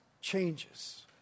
changes